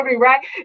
Right